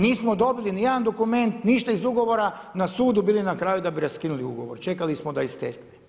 Nismo dobili ni jedan dokument ništa iz ugovora na sudu bili na kraju da bi raskinuli ugovor, čekali smo da istekne.